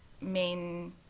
main